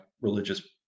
religious